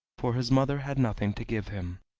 for his mother had nothing to give him.